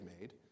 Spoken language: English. made